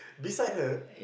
beside her